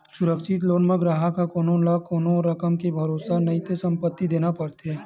सुरक्छित लोन म गराहक ह कोनो न कोनो रकम के भरोसा नइते संपत्ति देना परथे